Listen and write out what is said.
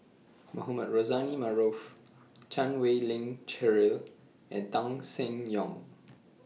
Mohamed Rozani Maarof Chan Wei Ling Cheryl and Tan Seng Yong